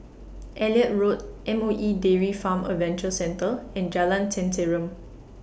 Elliot Road M O E Dairy Farm Adventure Centre and Jalan Tenteram